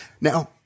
now